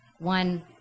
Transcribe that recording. One